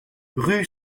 rue